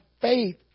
faith